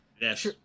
Yes